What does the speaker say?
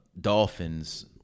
Dolphins